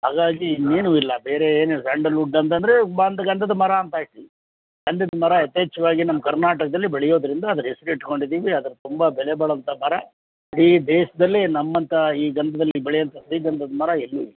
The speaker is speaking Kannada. ಹಾಗಾಗಿ ಇನ್ನೇನೂ ಇಲ್ಲ ಬೇರೆ ಏನು ಸ್ಯಾಂಡಲ್ವುಡ್ ಅಂತಂದರೆ ಬಂದು ಗಂಧದ ಮರ ಅಂತಾಯಿತು ಗಂಧದ ಮರ ಯಥೇಚ್ಛವಾಗಿ ನಮ್ಮ ಕರ್ನಾಟಕದಲ್ಲಿ ಬೆಳೆಯೋದ್ರಿಂದ ಅದ್ರ ಹೆಸ್ರು ಇಟ್ಟುಕೊಂಡಿದೀವಿ ಅದ್ರ ತುಂಬ ಬೆಲೆ ಬಾಳೋಂಥ ಮರ ಇಡೀ ದೇಶದಲ್ಲಿ ನಮ್ಮಂಥ ಈ ಗಂಧದಲ್ಲಿ ಬೆಳೆಯಂತ ಶ್ರೀಗಂಧದ ಮರ ಎಲ್ಲೂ ಇಲ್ಲ